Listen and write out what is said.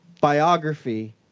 biography